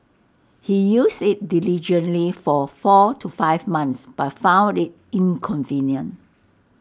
he used IT diligently for four to five months but found IT inconvenient